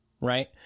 right